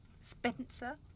Spencer